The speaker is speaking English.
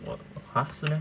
!wah! !huh! 是 meh